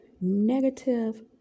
negative